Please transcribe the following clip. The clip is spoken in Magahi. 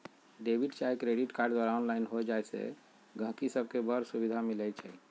डेबिट चाहे क्रेडिट कार्ड द्वारा ऑनलाइन हो जाय से गहकि सभके बड़ सुभिधा मिलइ छै